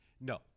No